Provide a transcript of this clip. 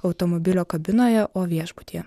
automobilio kabinoje o viešbutyje